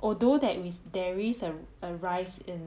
although there is there is a a rise in